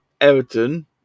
Everton